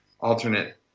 alternate